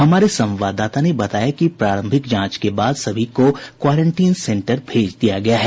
हमारे संवाददाता ने बताया कि प्रारंभिक जांच के बाद सभी को क्वारेंटीन सेंटर भेज दिया गया है